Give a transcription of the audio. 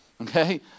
okay